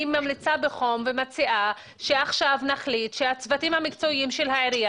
אני ממליצה בחום ומציעה שעכשיו נחליט שהצוותים המקצועיים של העירייה